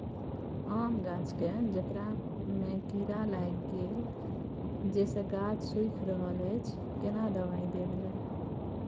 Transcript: आम गाछ के जेकर में कीरा लाईग गेल जेसे गाछ सुइख रहल अएछ केना दवाई देल जाए?